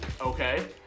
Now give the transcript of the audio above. Okay